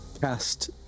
cast